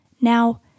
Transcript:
Now